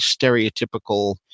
stereotypical